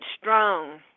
strong